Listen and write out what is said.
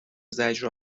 زجر